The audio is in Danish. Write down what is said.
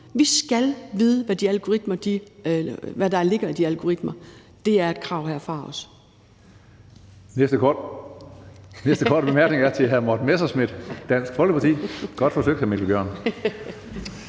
Vi skal vide, hvad der ligger i de algoritmer. Det er også et krav herfra.